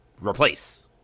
replace